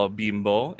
bimbo